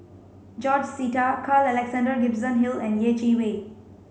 George Sita Carl Alexander Gibson Hill and Yeh Chi Wei